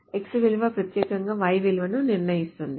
X విలువ ప్రత్యేకంగా Y విలువను నిర్ణయిస్తుంది